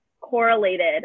correlated